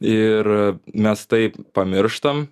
ir mes tai pamirštam